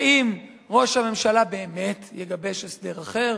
האם ראש הממשלה באמת יגבש הסדר אחר?